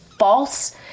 false